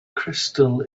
crystal